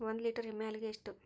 ಒಂದು ಲೇಟರ್ ಎಮ್ಮಿ ಹಾಲಿಗೆ ಎಷ್ಟು?